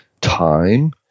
time